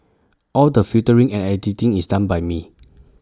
all the filtering and editing is done by me